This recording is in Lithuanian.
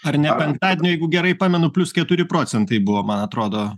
ar ne penktadienį jeigu gerai pamenu plius keturi procentai buvo man atrodo